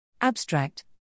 Abstract